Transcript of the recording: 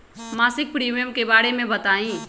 मासिक प्रीमियम के बारे मे बताई?